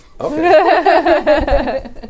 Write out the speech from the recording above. Okay